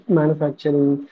manufacturing